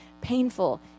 painful